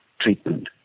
treatment